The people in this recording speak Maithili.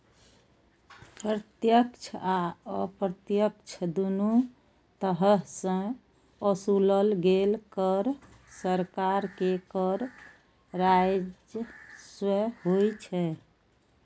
प्रत्यक्ष आ अप्रत्यक्ष, दुनू तरह सं ओसूलल गेल कर सरकार के कर राजस्व होइ छै